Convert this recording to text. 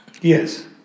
Yes